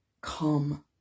Come